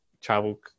travel